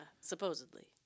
Supposedly